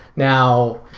now,